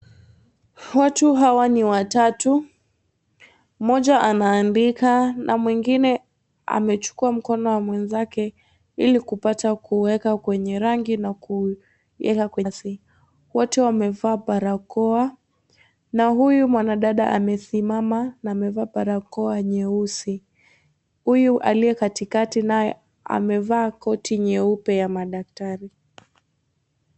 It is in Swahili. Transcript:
Watu hawa ni watatu, mmoja anaandika na mwingine amechukua mkono wa mwenzake ili kupata kuuweka kwenye rangi na ku wote wamevaa barakoa na huyu mwanadada amesimama na amevaa barakoa nyeusi. Huyu aliye katikati naye amevaa koti nyeupe ya madaktari.